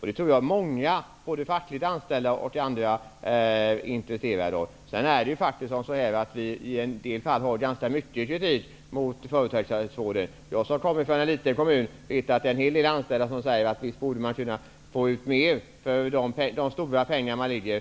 Jag tror att många, både fackligt anställda och andra, skulle vara intresserade av detta. Det förekommer faktiskt i en del fall också ganska mycket av kritik mot företagshälsovården. Jag kommer från en liten kommun, och jag vet att en hel del anställda där säger att man visst borde kunna få ut mer för de stora pengar som man lägger